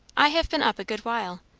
i have been up a good while.